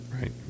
Right